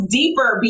deeper